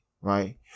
right